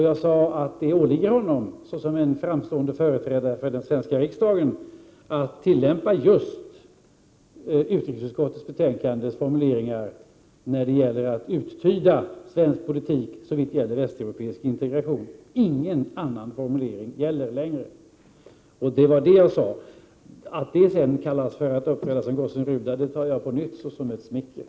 Jag sade att det åligger honom såsom en framstående företrädare för den svenska riksdagen att tillämpa just formuleringarna i utrikesutskottets betänkande när det gäller att uttyda svensk politik såvitt gäller västeuropeisk integration. Ingen annan formulering gäller längre. Detta var vad jag sade. Att det sedan kallas för att uppträda som gossen Ruda, det tar jag upp som smicker.